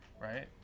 right